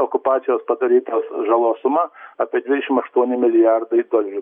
okupacijos padarytos žalos suma apie dvidešim aštuoni milijardai dolerių